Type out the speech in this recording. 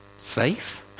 safe